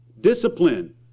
discipline